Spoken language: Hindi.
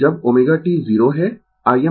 जब ω t 0 है Imsin 90 o तो Im